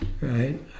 right